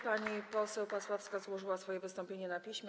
Pani poseł Pasławska złożyła swoje wystąpienie na piśmie.